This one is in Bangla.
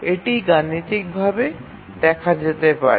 এটি গাণিতিকভাবে দেখা যেতে পারে